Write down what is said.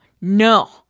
no